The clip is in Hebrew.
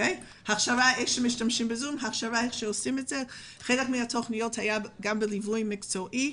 לשימוש בזום, חלק מהתוכניות היו גם בליווי מקצועי.